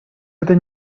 этой